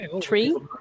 tree